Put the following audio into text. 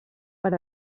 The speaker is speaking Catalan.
per